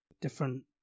different